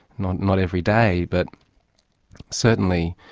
not not every day, but certainly,